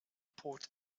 port